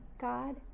God